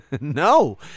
No